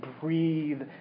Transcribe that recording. breathe